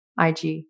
IG